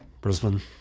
Brisbane